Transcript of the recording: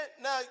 Now